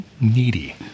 needy